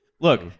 Look